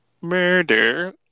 murder